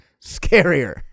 scarier